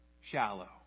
shallow